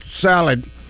salad